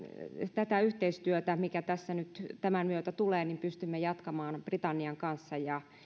tätä yhteistyötä mikä tässä nyt tämän myötä tulee pystymme jatkamaan britannian kanssa